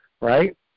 right